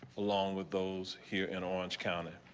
along with those here in orange county.